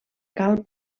cal